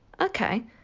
okay